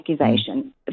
accusation